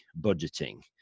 budgeting